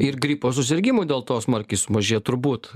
ir gripo susirgimų dėl to smarkiai sumažėjo turbūt